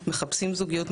מחפשים זוגיות,